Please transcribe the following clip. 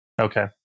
Okay